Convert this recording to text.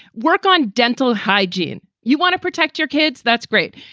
work on dental hygiene. you want to protect your kids. that's great.